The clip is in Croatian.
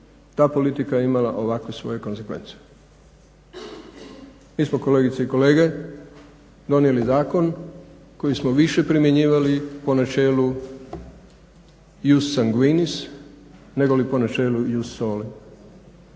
ta politika je imala ovakve svoje konzekvence. Mi smo kolegice i kolege donijeli zakon koji smo više primjenjivali po načelu ius sanguinis negoli po načelu ius sole.